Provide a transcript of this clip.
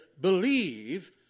believe